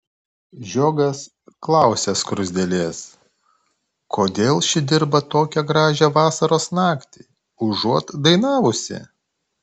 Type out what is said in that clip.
žiogas klausia skruzdėlės kodėl ši dirba tokią gražią vasaros naktį užuot dainavusi